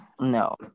no